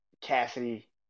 Cassidy